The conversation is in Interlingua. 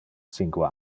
cinque